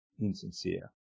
insincere